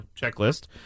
checklist